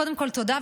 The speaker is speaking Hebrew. קודם כול תודה,